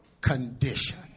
condition